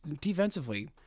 defensively